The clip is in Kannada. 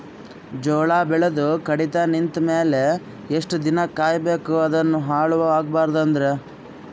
ಜೋಳ ಬೆಳೆದು ಕಡಿತ ನಿಂತ ಮೇಲೆ ಎಷ್ಟು ದಿನ ಕಾಯಿ ಬೇಕು ಅದನ್ನು ಹಾಳು ಆಗಬಾರದು ಅಂದ್ರ?